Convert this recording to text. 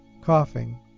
coughing